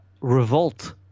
revolt